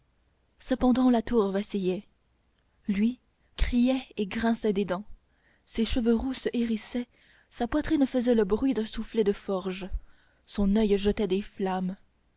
cependant la tour vacillait lui criait et grinçait des dents ses cheveux roux se hérissaient sa poitrine faisait le bruit d'un soufflet de forge son oeil jetait des flammes